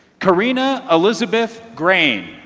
karina elizabeth grain